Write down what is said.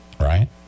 right